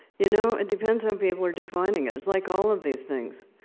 you know depends how people are defining it. it's like all of these things.